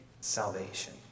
salvation